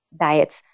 diets